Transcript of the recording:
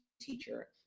teacher